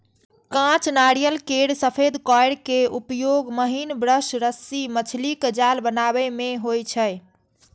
कांच नारियल केर सफेद कॉयर के उपयोग महीन ब्रश, रस्सी, मछलीक जाल बनाबै मे होइ छै